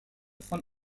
von